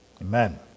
Amen